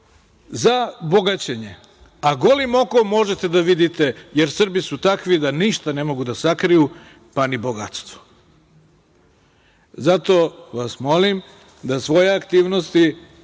za bogaćenje, a golim okom možete da vidite, jer Srbi su takvi da ništa ne mogu da sakriju, pa ni bogatstvo. Zato vas molim da svoje aktivnosti